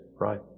Right